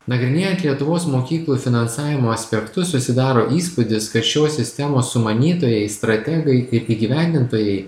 nagrinėjant lietuvos mokyklų finansavimo aspektus susidaro įspūdis kad šios sistemos sumanytojai strategai ir įgyvendintojai